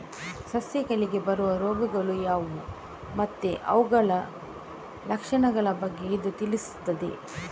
ಸಸ್ಯಗಳಿಗೆ ಬರುವ ರೋಗಗಳು ಯಾವ್ದು ಮತ್ತೆ ಅವುಗಳ ಲಕ್ಷಣದ ಬಗ್ಗೆ ಇದು ತಿಳಿಸ್ತದೆ